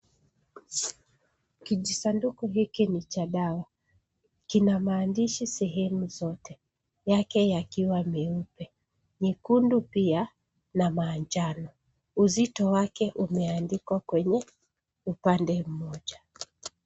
Kijisanduku hiki ni cha dawa. Kina maandishi sehemu zote yake yakiwa meupe, mekundu pia na manjano .Uzito wake umeandikwa kwenye upande mmoja.